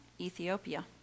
Ethiopia